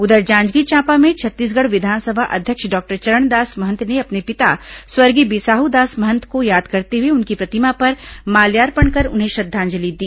उधर जांजगीर चांपा में छत्तीसगढ़ विधानसभा अध्यक्ष डॉक्टर चरणदास महंत ने अपने पिता स्वर्गीय बिसाहू दास मंहत याद करते हुए उनकी प्रतिमा पर माल्यार्पण कर उन्हें श्रद्वांजलि दी